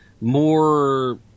more